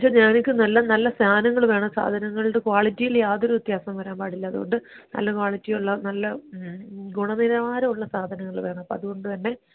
ഞാൻ എനിക്ക് നല്ല നല്ല സാധനങ്ങൾ വേണം സാധനങ്ങളുടെ ക്വാളിറ്റിയില് യാതൊരു വ്യത്യാസവും വരാന് പാടില്ല അതുകൊണ്ട് നല്ല ക്വാളിറ്റിയുള്ള നല്ല ഗുണനിലവാരമുള്ള സാധനങ്ങൾ വേണം അതുകൊണ്ട് തന്നെ